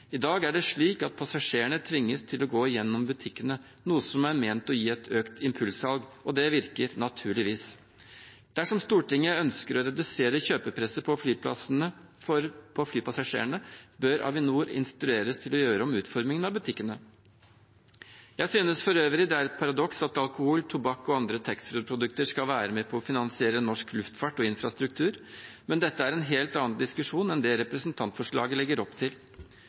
I dag er det slik at passasjerene tvinges til å gå gjennom butikkene, noe som er ment å gi et økt impulssalg. Og det virker naturligvis. Dersom Stortinget ønsker å redusere kjøpepresset på flypassasjerene, bør Avinor instrueres om å gjøre om utformingen av butikkene. Jeg synes for øvrig det er et paradoks at alkohol, tobakk og andre taxfree-produkter skal være med på å finansiere norsk luftfart og infrastruktur, men dette er en helt annen diskusjon enn det representantforslaget legger opp til.